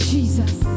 Jesus